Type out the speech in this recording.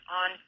on